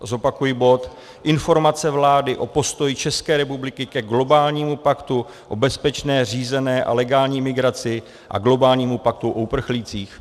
Zopakuji bod Informace vlády o postoji České republiky ke globálnímu paktu o bezpečné, řízené a legální migraci a globálnímu paktu o uprchlících.